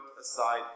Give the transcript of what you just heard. aside